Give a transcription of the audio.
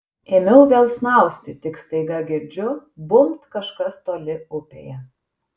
ėmiau vėl snausti tik staiga girdžiu bumbt kažkas toli upėje